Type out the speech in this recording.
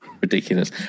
ridiculous